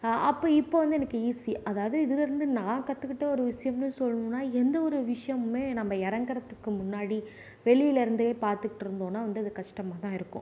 அப்போ இப்போ வந்து எனக்கு ஈசி அதாவது இதில் இருந்து நான் கற்றுக்கிட்டது ஒரு விஷயம்னு சொல்லணுனா எந்த ஒரு விஷயமும்மே நம்ம இறங்குறதுக்கு முன்னாடி வெளியில் இருந்தே பார்த்துட்டு இருந்தோம்னா வந்து அது கஷ்டமாக தான் இருக்கும்